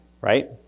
right